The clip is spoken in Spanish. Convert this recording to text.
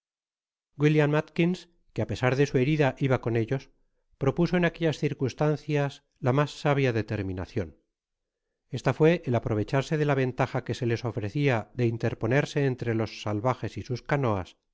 willians atkias que á pesar de su herida iba con ellos propuso en aquellas circunstancias la mas sabia diterminacion esta fué el aprovecharse de la ventaja que se les ofrecia de interponerse entre los salvajes y sus canoas